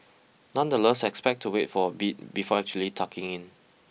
nonetheless expect to wait for a bit before actually tucking in